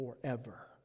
forever